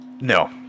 No